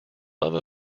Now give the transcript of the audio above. love